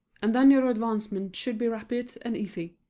and then your advancement should be rapid and easy.